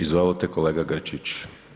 Izvolite kolega Grčić.